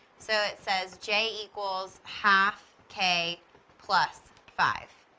so it says j equals half k plus five.